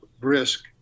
brisk